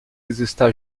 está